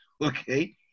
Okay